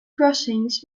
crossings